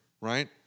right